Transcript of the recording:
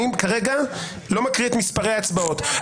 כרגע אני לא מקריא את מספרי ההצבעות.